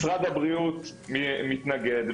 משרד הבריאות מתנגד,